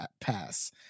Pass